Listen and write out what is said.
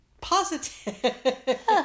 positive